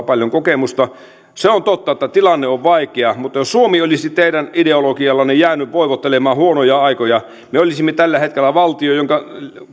paljon kokemusta se on totta että tilanne on vaikea mutta jos suomi olisi teidän ideologiallanne jäänyt voivottelemaan huonoja aikoja me olisimme tällä hetkellä valtio jonka